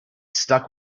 stuck